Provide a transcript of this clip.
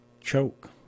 choke